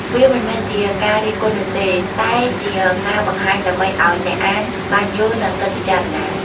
វាមិនមែនជាការរិះគន់នោះទេ តែជាការបង្ហាញដើម្បីឲ្យអ្នកអានបានយល់ និងគិតពិចារណា។